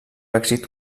èxit